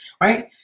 Right